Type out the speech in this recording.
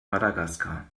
madagaskar